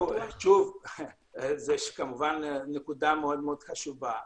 זה כמובן נקודה חשובה מאוד,